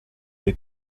dei